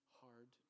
hard